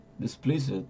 displeased